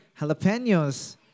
jalapenos